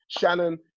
shannon